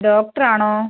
doctor ആണോ